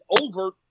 over